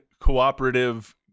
cooperative